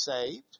saved